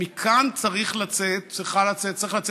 מכאן צריך לצאת המאבק,